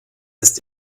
ist